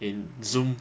in Zoom